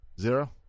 Zero